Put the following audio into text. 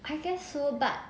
I guess so but